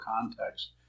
context